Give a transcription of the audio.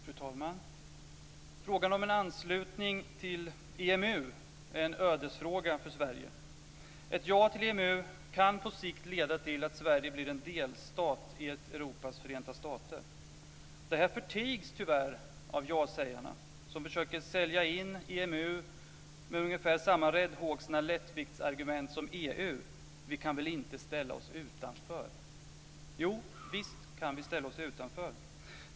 Fru talman! Frågan om en anslutning till EMU är en ödesfråga för Sverige. Ett ja till EMU kan på sikt leda till att Sverige blir en delstat i ett Europas förenta stater. Det här förtigs tyvärr av ja-sägarna, som försöker sälja in EMU med ungefär samma räddhågsna lättviktsargument som EU: Vi kan väl inte ställa oss utanför! Jo, visst kan vi ställa oss utanför!